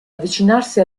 avvicinarsi